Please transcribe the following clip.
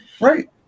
Right